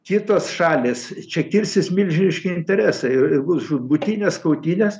kitos šalys čia kirsis milžiniški interesai ir ir bus žūtbūtinės kautynės